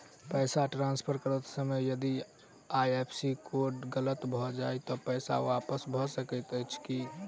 पैसा ट्रान्सफर करैत समय यदि आई.एफ.एस.सी कोड गलत भऽ जाय तऽ पैसा वापस भऽ सकैत अछि की?